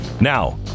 now